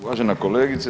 Uvažena kolegice.